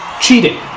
cheating